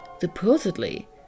supposedly